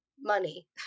money